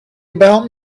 about